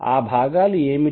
ఆ భాగాలు ఏమిటి